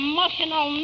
Emotional